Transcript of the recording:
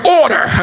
order